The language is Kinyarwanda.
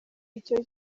icyo